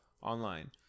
online